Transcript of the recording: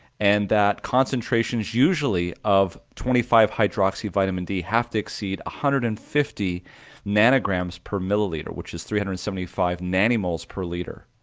and that concentrations usually of twenty five hydroxy vitamin d have to exceed one hundred and fifty nanograms per milliliter, which is three hundred and seventy five nanomoles per liter,